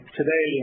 today